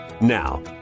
Now